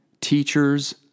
teachers